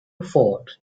ford